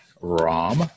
Rom